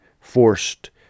forced